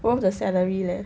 worth the salary leh